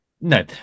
No